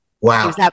Wow